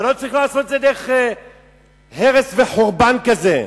אבל לא צריך לעשות את זה דרך הרס וחורבן כזה.